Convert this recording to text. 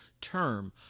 term